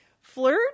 flirt